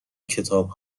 کتاب